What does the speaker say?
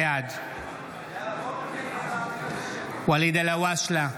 בעד ואליד אלהואשלה,